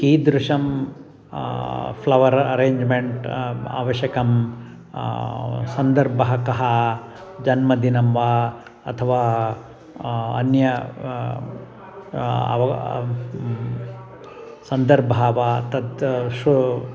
कीदृशं flower arrangement आवश्यकं सन्दर्भः कः जन्मदिनं वा अथवा अन्यः अथवा सन्दर्भः वा तत् शु